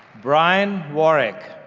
brian warrick